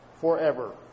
Forever